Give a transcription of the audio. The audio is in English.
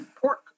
pork